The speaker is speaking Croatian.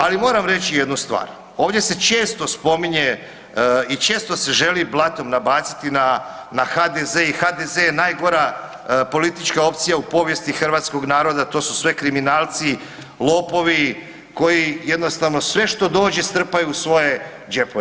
Ali moram reći jednu stvar, ovdje se često spominje i često se želi blatom nabaciti na, na HDZ i HDZ je najgora politička opcija u povijesti hrvatskog naroda, to su sve kriminalci i lopovi koji jednostavno sve što dođe strpaju u svoje džepove.